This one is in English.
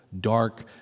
dark